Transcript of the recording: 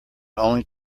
only